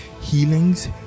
healings